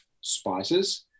spices